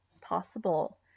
possible